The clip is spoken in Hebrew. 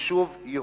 יישוב יהודי".